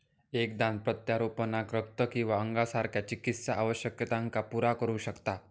एक दान प्रत्यारोपणाक रक्त किंवा अंगासारख्या चिकित्सा आवश्यकतांका पुरा करू शकता